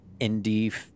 indie